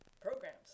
programs